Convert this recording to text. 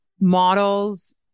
models